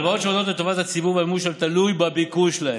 אלו הלוואות שעומדות לטובת הציבור והמימוש שלהן תלוי בביקוש להן.